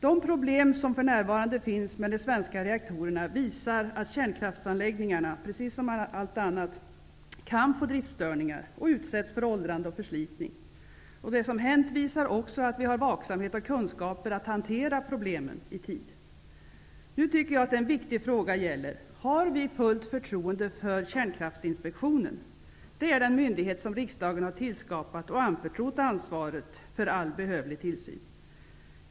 De problem som för närvarande finns med de svenska reaktorerna visar att kärnkraftsanläggningarna -- precis som allt annat -- kan få driftsstörningar och utsätts för åldrande och förslitning. Det som hänt visar också att vi har vaksamhet och kunskaper att hantera problemen i tid. En viktig fråga gäller om vi har fullt förtroende för Kärnkraftsinspektionen. Det är den myndighet som riksdagen har tillskapat och anförtrott ansvaret för all behövlig tillsyn.